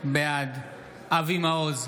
בעד אבי מעוז,